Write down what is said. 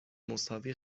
مساوی